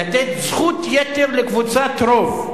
לתת זכות יתר לקבוצת רוב,